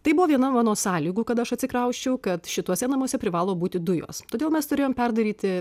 tai buvo viena mano sąlygų kad aš atsikrausčiau kad šituose namuose privalo būti dujos todėl mes turėjom perdaryti